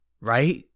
Right